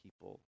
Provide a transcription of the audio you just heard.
people